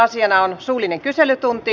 asiana on suullinen kyselytunti